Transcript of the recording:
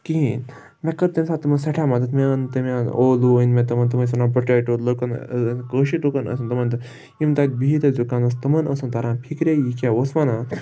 کِہیٖنۍ مےٚ کٔر تَمہِ ساتہٕ تِمَن سٮ۪ٹھاہ مَدَد مےٚ أنۍ تہِ ان اولو أنۍ مےٚ تِمَن تِم ٲسۍ وَنان پوٹیٹو لُکَن کٲشِر لُکَن ٲسۍ تِمَن تہٕ تَتہِ بِہِتھ تَسہِ دُکانس تِمَن اوس نہٕ تَران فِکرے یہِ کیٛاہ اوس وَنان